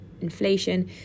inflation